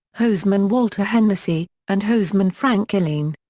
hoseman walter hennessey, and hoseman frank killeen.